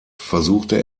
versuchte